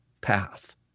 path